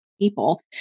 people